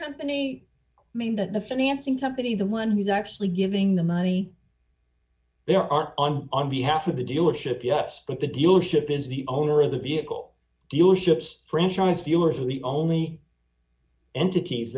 company i mean that the financing company the one who's actually giving the money they are on on behalf of the dealership yes but the dealership is the owner of the vehicle dealerships franchise viewers are the only entities